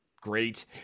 great